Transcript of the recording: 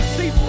see